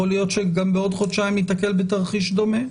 יכול להיות שבעוד חודשיים ניתקל בתרחיש דומה.